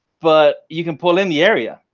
but you can pull in the area,